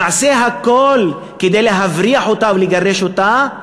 נעשה הכול כדי להבריח אותה ולגרש אותה,